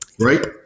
Right